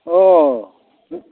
ओ